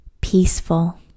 peaceful